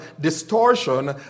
distortion